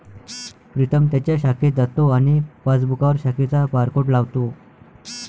प्रीतम त्याच्या शाखेत जातो आणि पासबुकवर शाखेचा बारकोड लावतो